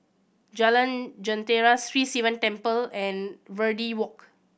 Jalan Jentera Sri Sivan Temple and Verde Walk